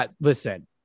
listen